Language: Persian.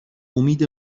امید